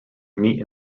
meet